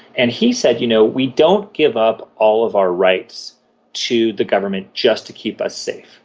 and he said you know we don't give up all of our rights to the government just to keep us safe.